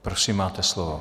Prosím, máte slovo.